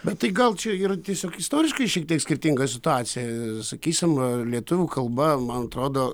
bet tai gal čia ir tiesiog istoriškai šiek tiek skirtinga situacija sakysim lietuvių kalba man atrodo